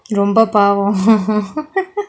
ரொம்ப பாவம்:romba paavam